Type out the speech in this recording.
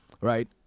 right